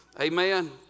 amen